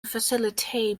facilitate